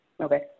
Okay